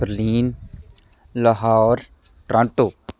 Berlin Lahore Toronto